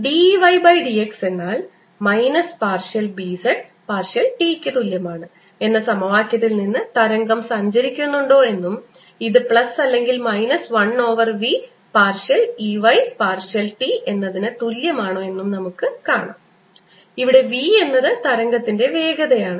ഇപ്പോൾ d E y by d x എന്നാൽ minus partial B z partial t ക്ക് തുല്യമാണ് എന്ന സമവാക്യത്തിൽ നിന്ന് തരംഗം സഞ്ചരിക്കുന്നുണ്ടോ എന്നും ഇത് പ്ലസ് അല്ലെങ്കിൽ minus 1 over v partial E y partial t എന്നതിനു തുല്യമാണോ എന്നും നമുക്ക് കാണാം ഇവിടെ v എന്നത് തരംഗത്തിന്റെ വേഗതയാണ്